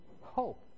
Hope